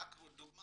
לדוגמה